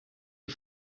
die